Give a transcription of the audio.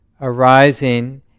arising